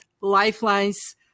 lifelines